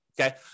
okay